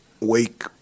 Wake